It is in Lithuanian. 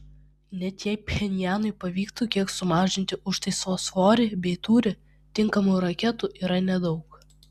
net jei pchenjanui pavyktų kiek sumažinti užtaiso svorį bei tūrį tinkamų raketų yra nedaug